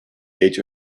age